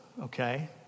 okay